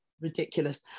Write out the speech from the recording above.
Ridiculous